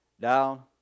down